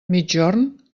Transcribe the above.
migjorn